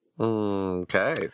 Okay